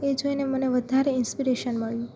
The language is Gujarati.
એ જોઈને મને વધારે ઇન્સપીરેશન મળ્યું